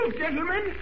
gentlemen